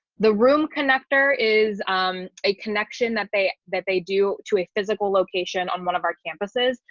the room connector is um a connection that they that they do. to a physical location on one of our campuses,